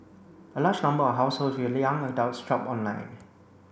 a larger number of households with the young adults shopped online